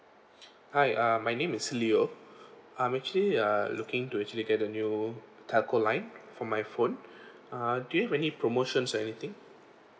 hi uh my name is leo I'm actually uh looking to actually get a new telco line for my phone uh do you have any promotions or anything